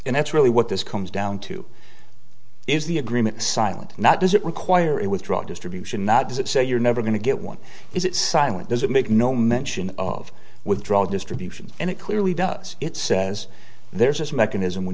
and that's really what this comes down to is the agreement silent not does it require it withdraw distribution not does it say you're never going to get one is it silent does it make no mention of withdrawal distributions and it clearly does it says there's this mechanism when